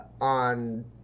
On